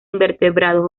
invertebrados